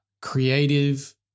creative